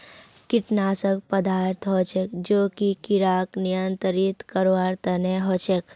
कीटनाशक पदार्थ हछेक जो कि किड़ाक नियंत्रित करवार तना हछेक